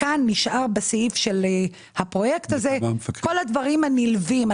בסעיף של הפרויקט הזה נשארו כל הדברים הנלווים.